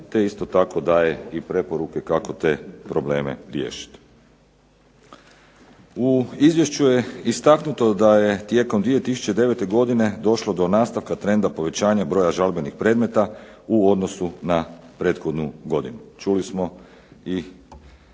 te isto tako daje i preporuke kako te probleme riješiti. U Izvješću je istaknuto da je tijekom 2009. godine došlo do nastavka trenda povećanja broja žalbenih predmeta u odnosu na prethodnu godinu. Čuli smo i